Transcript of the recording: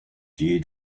viewed